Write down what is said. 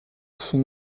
son